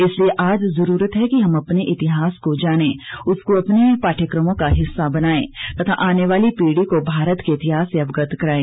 इसलिए आज ज़रूरत है कि हम अपने इतिहास को जानें उसको अपने पाद्यक्रमों का हिस्सा बनाएं तथा आने वाली पीढ़ी को भारत के इतिहास से अवगत करवाएं